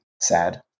Sad